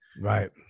Right